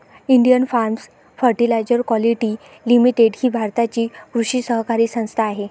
Indian farmers fertiliser quality limited ही भारताची कृषी सहकारी संस्था आहे